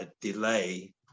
delay